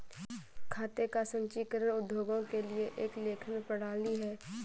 खाते का संचीकरण उद्योगों के लिए एक लेखन प्रणाली है